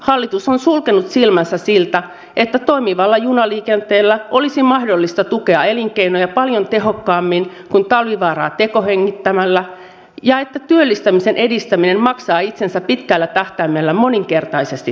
hallitus on sulkenut silmänsä siltä että toimivalla junaliikenteellä olisi mahdollista tukea elinkeinoja paljon tehokkaammin kuin talvivaaraa tekohengittämällä ja että työllistämisen edistäminen maksaa itsensä pitkällä tähtäimellä moninkertaisesti takaisin